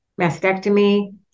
mastectomy